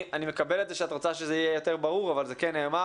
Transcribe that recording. אני מקבל את זה שאת רוצה שזה יהיה יותר ברור אבל זה כן נאמר.